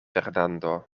fernando